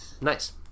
Nice